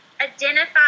identify